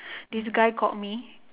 this guy called me